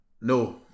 No